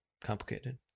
complicated